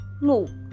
No